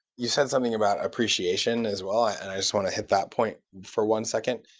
you said something about appreciation as well, and i just want to hit that point for one second.